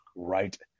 right